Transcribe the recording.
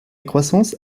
croissance